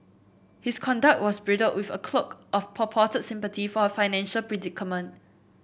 his conduct was bridled with a cloak of purported sympathy for her financial predicament